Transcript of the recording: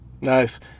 nice